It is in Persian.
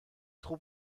خوب